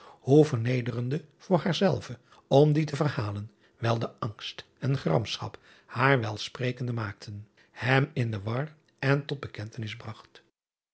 hoe vernederende voor haar zelve om die te verhalen wijl de angst en gramschap haar welsprekende maakten hem in de war en tot bekentenis bragt